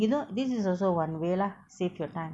you know this is also one way lah save your time